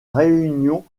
réunion